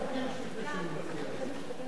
היועצת המשפטית?